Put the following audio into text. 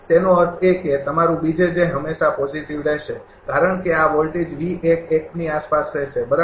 તેનો અર્થ એ કે તમારું હંમેશા પોજીટીવ રહેશે કારણ કે આ વોલ્ટેજ એકની આસપાસ રહેશે બરાબર